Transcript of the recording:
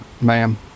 ma'am